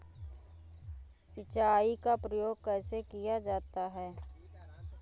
सिंचाई का प्रयोग कैसे किया जाता है?